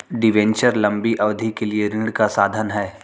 debenture लंबी अवधि के लिए ऋण का साधन है